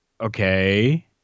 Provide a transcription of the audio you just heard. Okay